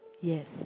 Yes